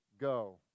go